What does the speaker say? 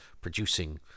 producing